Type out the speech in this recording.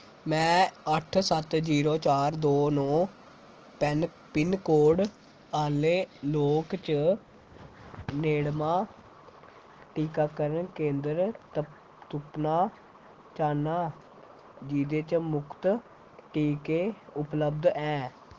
में अट्ठ सत्त जीरो चार दो नौ पैन पिनकोड आह्ले लोकें च नेड़मा टीकाकरण केंदर तुप्पना चाह्न्नां जेह्दे च मुख्त टीके उपलब्ध न